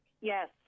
Yes